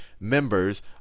members